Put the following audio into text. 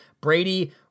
Brady